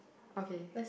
okay